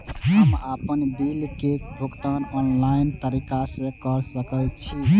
हम आपन बिल के भुगतान ऑनलाइन तरीका से कर सके छी?